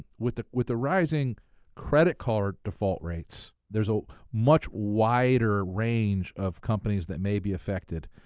with the with the rising credit card default rates, there's much wider range of companies that may be affected.